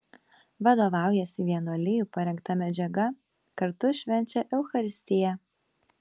vadovaujasi vienuolijų parengta medžiaga kartu švenčia eucharistiją